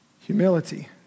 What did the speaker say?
Humility